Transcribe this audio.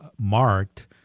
marked